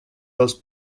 dels